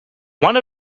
one